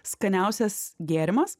skaniausias gėrimas